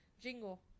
jingle